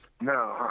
No